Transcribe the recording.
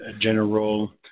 general